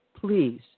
Please